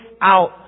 out